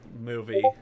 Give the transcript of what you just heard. movie